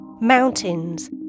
Mountains